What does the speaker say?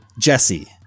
Jesse